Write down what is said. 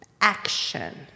action